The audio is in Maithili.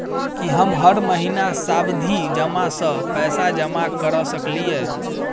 की हम हर महीना सावधि जमा सँ पैसा जमा करऽ सकलिये?